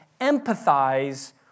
empathize